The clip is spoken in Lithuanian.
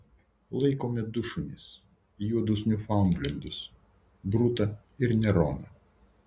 laikome du šunis juodus niufaundlendus brutą ir neroną